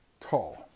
tall